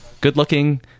good-looking